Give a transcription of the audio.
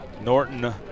Norton